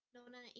Nona